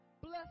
bless